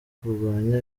kurwanya